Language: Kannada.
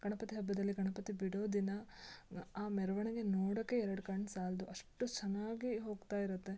ಗಣಪತಿ ಹಬ್ಬದಲ್ಲಿ ಗಣಪತಿ ಬಿಡೋ ದಿನ ಆ ಮೆರವಣಿಗೆ ನೋಡೊಕ್ಕೆ ಎರಡು ಕಣ್ಣು ಸಾಲದು ಅಷ್ಟು ಚೆನ್ನಾಗಿ ಹೋಗ್ತಾ ಇರುತ್ತೆ